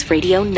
Radio